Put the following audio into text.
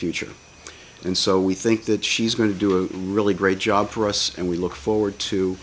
future and so we think that she's going to do a really great job for us and we look forward to